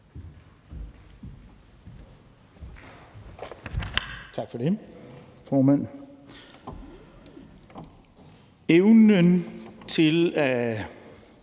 Tak for det,